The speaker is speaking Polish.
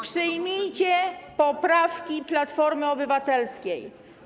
Przyjmijcie poprawki Platformy Obywatelskiej.